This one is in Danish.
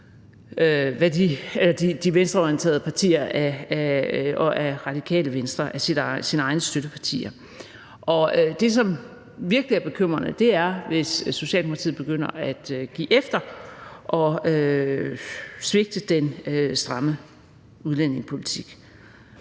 de venstreorienterede partier og af Radikale Venstre; af sine egne støttepartier. Og det, som virkelig er bekymrende, er, hvis Socialdemokratiet begynder at give efter og svigte den stramme udlændingepolitik.